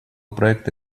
проекта